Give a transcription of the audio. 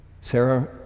Sarah